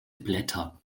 blätter